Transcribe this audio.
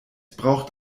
braucht